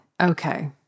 Okay